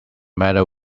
matter